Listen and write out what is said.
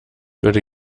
würde